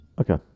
Okay